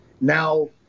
Now